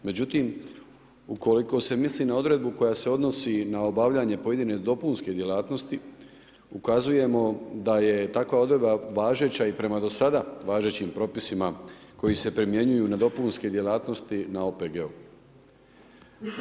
Međutim, ukoliko se misli na odredbu koja se odnosi na obavljanje pojedine dopunske djelatnosti ukazujemo da je takva odredba važeća i prema do sada važećim propisima koji se primjenjuju na dopunske djelatnosti na OPG-u.